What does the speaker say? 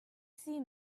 see